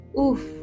oof